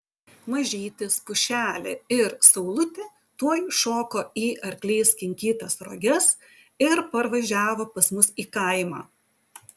mažytis pušelė ir saulutė tuoj šoko į arkliais kinkytas roges ir parvažiavo pas mus į kaimą